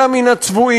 אלא מן הצבועים,